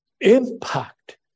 impact